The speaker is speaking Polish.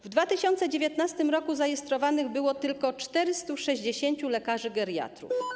W 2019 r. zarejestrowanych było tylko 460 lekarzy geriatrów.